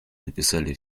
написали